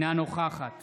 אינה נוכחת